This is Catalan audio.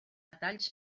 talls